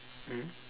mm